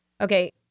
Okay